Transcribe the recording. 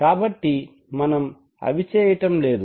కాబట్టి మనం అవి చేయటం లేదు